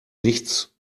nichts